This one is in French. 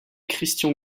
christian